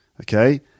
Okay